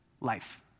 Life